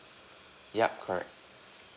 yup correct